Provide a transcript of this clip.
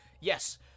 yes